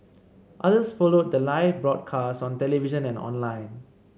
others followed the live broadcast on television and online